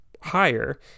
higher